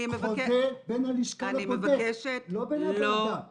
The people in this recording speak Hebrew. אני רוצה להראות חוזה בין הלשכה --- לא בין הוועדה --- לא.